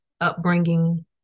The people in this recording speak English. upbringing